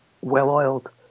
well-oiled